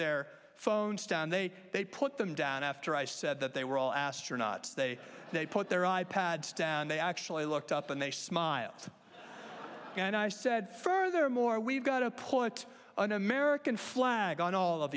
their phones down they they put them down after i said that they were all astronauts they put their i pads down they actually looked up and they smiled and i said furthermore we've got to put an american flag on all of